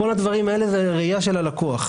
כל הדברים האלה הם ראייה של הלקוח.